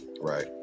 Right